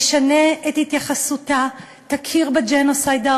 תשנה את התייחסותה, תכיר בג'נוסייד הארמני.